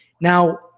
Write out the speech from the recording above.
now